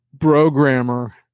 programmer